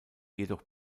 jedoch